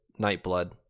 Nightblood